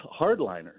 hardliners